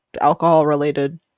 alcohol-related